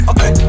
Okay